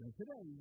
today